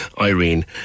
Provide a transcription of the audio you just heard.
Irene